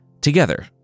Together